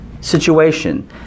situation